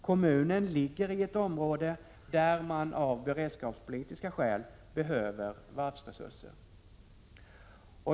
Kommunen ligger i ett område där man av beredskapspolitiska skäl behöver varvsresurser.